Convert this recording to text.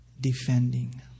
defending